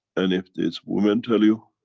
and if these women tell you